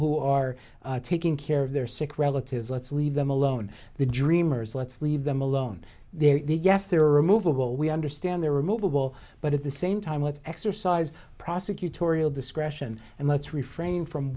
who are taking care of their sick relatives let's leave them alone the dreamers let's leave them alone there yes there are removable we understand there are movable but at the same time let's exercise prosecutorial discretion and let's refrain from